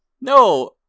No